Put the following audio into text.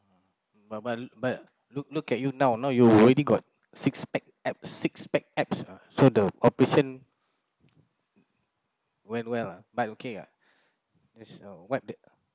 but but look look at you now now you already got six pack abs six pack abs ah so the operation went well ah but okay ah this o~ what the